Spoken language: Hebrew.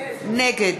נגד